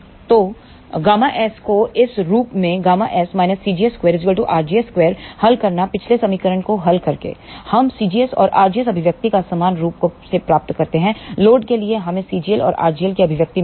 तो Γs को इस रूप में Γs cgs2 rgs2 हल करना पिछले समीकरण को हल करके हम cgs और rgs अभिव्यक्ति को समान रूप से प्राप्त करते हैं लोड के लिए हमें cgl और rgl की अभिव्यक्ति मिलती हैं